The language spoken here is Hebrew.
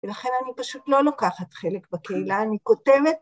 ולכן אני פשוט לא לוקחת חלק בקהילה, אני כותבת.